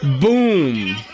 Boom